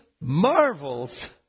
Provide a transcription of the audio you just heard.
marvels